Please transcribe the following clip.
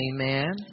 Amen